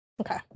Okay